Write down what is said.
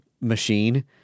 machine